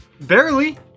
Barely